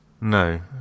No